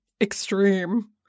Extreme